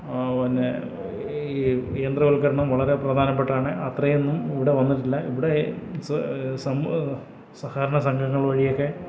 ന്നേ ഈ യന്ത്രവൽക്കരണം വളരെ പ്രധാനപ്പെട്ടാണ് അത്രയൊന്നും ഇവിടെ വന്നിട്ടില്ല ഇവിടെ സമൂ സഹകരണ സംഘങ്ങൾ വഴിയൊക്കെ